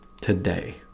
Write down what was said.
today